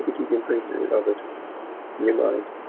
deep imprint of it, in your mind.